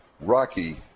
Rocky